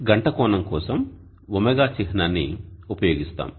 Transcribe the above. గంట కోణం కోసం "ω" చిహ్నాన్ని ఉపయోగిస్తాము